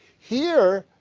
here,